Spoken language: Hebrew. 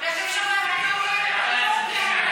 איך אפשר לדעת מה הוא אמר?